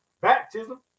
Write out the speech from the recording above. Baptism